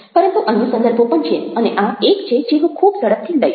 પરંતુ અન્ય સંદર્ભો પણ છે અને આ એક છે જે હું ખૂબ ઝડપથી લઈશ